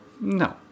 No